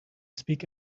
speak